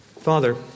Father